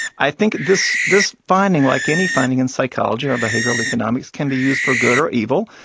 i think this this finding like any finding in psychology or behavioral economics, can be used for good or evil.